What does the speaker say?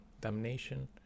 damnation